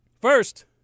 First